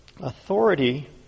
authority